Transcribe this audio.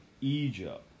Egypt